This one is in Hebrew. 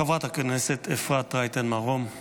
חברת הכנסת אפרת רייטן מרום,